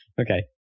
okay